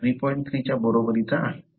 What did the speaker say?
3 च्या बरोबरीचा आहे